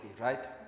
right